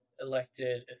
elected